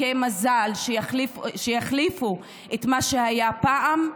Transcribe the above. משחקי מזל שיחליפו את מה שהיה פעם.